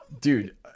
Dude